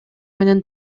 менен